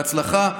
בהצלחה,